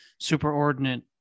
superordinate